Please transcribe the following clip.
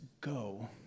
go